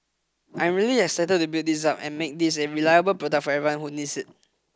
I'm really excited to build this up and make this a reliable product for everyone who needs it